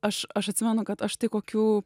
aš aš atsimenu kad aš tai kokių